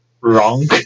wrong